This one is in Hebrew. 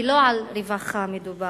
כי לא על רווחה מדובר,